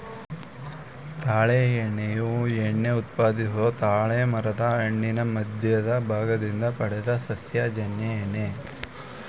ತಾಳೆ ಎಣ್ಣೆಯು ಎಣ್ಣೆ ಉತ್ಪಾದಿಸೊ ತಾಳೆಮರದ್ ಹಣ್ಣಿನ ಮಧ್ಯದ ಭಾಗದಿಂದ ಪಡೆದ ಸಸ್ಯಜನ್ಯ ಎಣ್ಣೆ